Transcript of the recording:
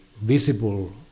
visible